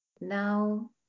now